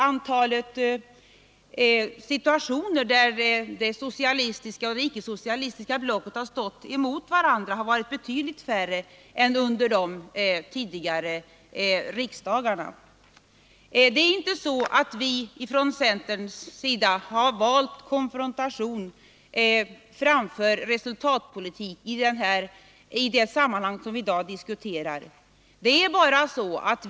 Antalet situationer där det socialistiska och det icke-socialistiska blocket stått emot varandra har i vår varit betydligt Det är inte så att centern valt konfrontation framför resultatpolitik i de frågor vi i dag behandlar.